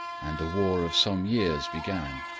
and a war of some years began.